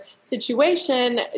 situation